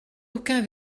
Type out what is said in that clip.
aucun